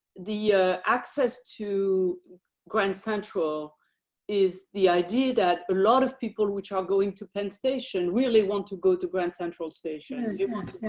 the access to grand central is the idea that a lot of people, which are going to penn station really want to go to grand central station yeah